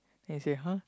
then he say !huh!